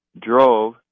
drove